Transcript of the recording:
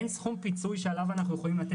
אין סכום פיצוי שביחס אליו אנחנו יכולים לתת